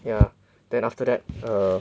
ya then after that err